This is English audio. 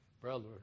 Brother